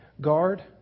Guard